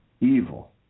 Evil